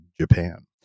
japan